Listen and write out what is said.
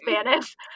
spanish